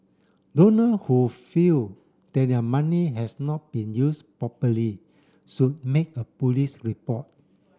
donor who feel that their money has not been used properly should make a police report